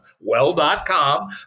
well.com